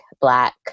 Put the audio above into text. black